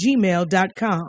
gmail.com